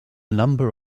number